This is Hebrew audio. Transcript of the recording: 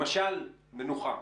למשל מנוחה,